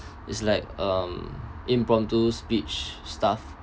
is like um impromptu speech stuff